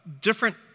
different